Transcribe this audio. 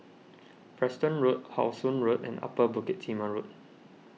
Preston Road How Sun Road and Upper Bukit Timah Road